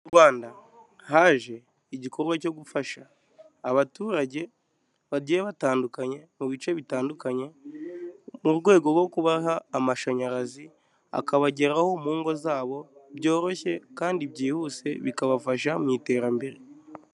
Mu Rwanda haje igikorwa cyo gufasha abaturage bagiye batandukanye mu bice bitandukanye, mu rwego rwo kubaha amashanyarazi akabageraho mu ngo zabo byoroshye kandi byihuse bikabafasha mu iterambere.